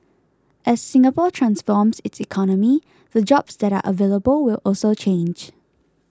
as Singapore transforms its economy the jobs that are available will also change